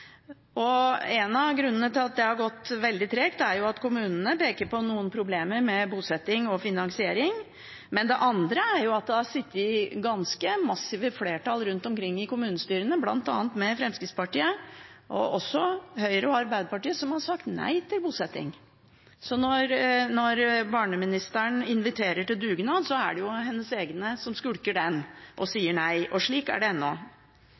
tregt. En av grunnene til det er at kommunene peker på noen problemer med bosetting og finansiering, og det andre er at det har sittet ganske massive flertall rundt omkring i kommunestyrene, bl.a. med Fremskrittspartiet, Høyre og Arbeiderpartiet, som har sagt nei til bosetting. Så når barneministeren inviterer til dugnad, er det hennes egne som skulker den og sier nei. Slik er det